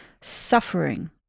suffering